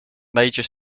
major